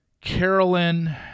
Carolyn